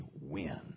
win